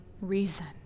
reason